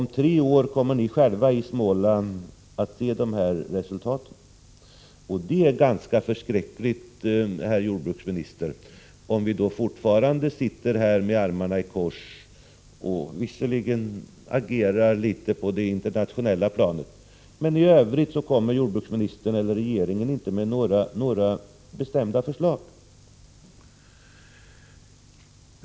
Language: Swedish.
Om tre år kommer ni själva i Småland att se dessa resultat. Det är ganska förskräckligt, herr jordbruksminister, om vi då fortfarande sitter här med armarna i kors. Visserligen agerar jordbruksminis 35 tern och regeringen litet på det internationella planet, men i övrigt kommer man inte med några bestämmda förslag.